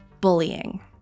bullying